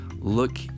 Look